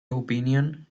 opinion